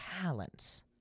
talents